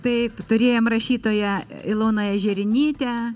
taip turėjom rašytoją iloną ežerinytę